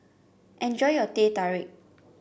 enjoy your Teh Tarik